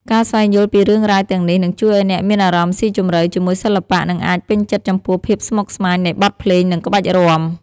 ការស្វែងយល់ពីរឿងរ៉ាវទាំងនេះ នឹងជួយឱ្យអ្នកមានអារម្មណ៍ស៊ីជម្រៅជាមួយសិល្បៈ និងអាចពេញចិត្តចំពោះភាពស្មុគស្មាញនៃបទភ្លេង និងក្បាច់រាំ។